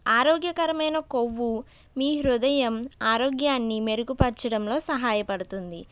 ఆరోగ్యకరమైన కొవ్వు మీ హృదయం ఆరోగ్యాన్ని మెరుగుపరచడంలో సహాయపడుతుంది